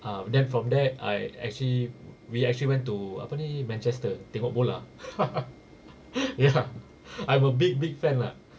um then from there I actually we actually went to apa ni manchester tengok bola ya I'm a big big fan lah